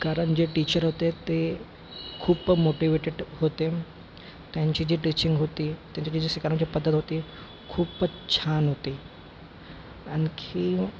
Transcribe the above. कारण जे टीचर होते ते खूप मोटीवेटेट होते त्यांची जी टीचिंग होती त्यांची जे शिकवण्याची पद्धत होती खूपच छान होती आणखीन